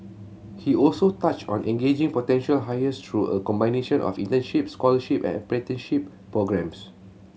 he also touched on engaging potential hires through a combination of internship scholarship and apprenticeship programmes